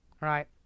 right